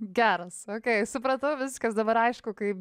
geras okey supratau viskas dabar aišku kaip